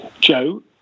Joe